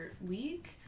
week